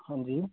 हां जी